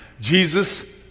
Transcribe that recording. Jesus